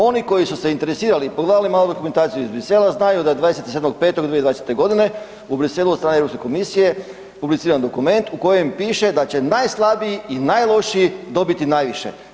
Oni koji su se interesirali i pogledali malo dokumentaciju iz Bruxellesa, znaju da je 27. 5. 2020. g. u Bruxellesu od strane Europske komisije publiciran dokument u kojem piše da će najslabiji i najlošiji dobiti najviše.